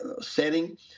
setting